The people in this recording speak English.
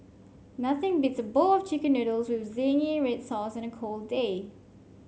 nothing beats a bowl of chicken noodles with zingy red sauce on a cold day